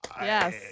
Yes